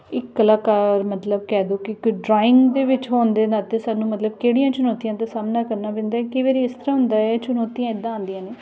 ਇੱਕ ਕਲਾਕਾਰ ਮਤਲਬ ਕਹਿ ਦਓ ਕਿ ਡਰਾਇੰਗ ਦੇ ਵਿੱਚ ਹੋਣ ਦੇ ਨਾਤੇ ਸਾਨੂੰ ਮਤਲਬ ਕਿਹੜੀਆਂ ਚੁਣੌਤੀਆਂ ਦਾ ਸਾਹਮਣਾ ਕਰਨਾ ਪੈਂਦਾ ਕਈ ਵਾਰ ਇਸ ਤਰ੍ਹਾਂ ਹੁੰਦਾ ਚੁਣੌਤੀਆਂ ਇੱਦਾਂ ਆਉਂਦੀਆਂ ਨੇ